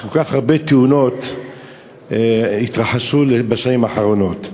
שכל כך הרבה תאונות התרחשו בה בשנים האחרונות.